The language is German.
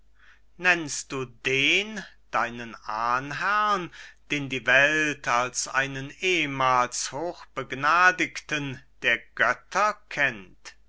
nennst du den deinen ahnherrn den die welt als einen ehmals hochbegnadigten der götter kennt